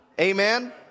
Amen